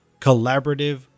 collaborative